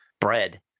bread